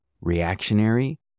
reactionary